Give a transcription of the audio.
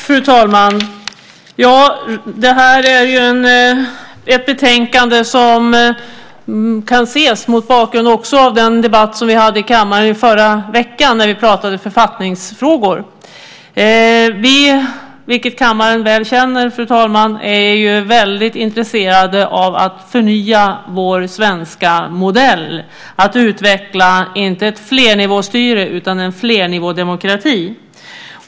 Fru talman! Det här är ett betänkande som också kan ses mot bakgrund av den debatt som vi hade i kammaren i förra veckan när vi pratade om författningsfrågor. Vi är intresserade av att förnya vår svenska modell, vilket kammaren väl känner till, fru talman. Vi är intresserade av att utveckla inte ett flernivåstyre utan en flernivådemokrati.